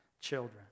children